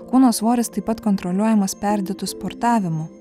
kūno svoris taip pat kontroliuojamas perdėtu sportavimu